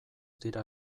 dira